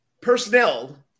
personnel